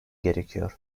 gerekiyor